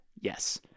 Yes